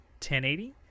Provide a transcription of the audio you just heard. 1080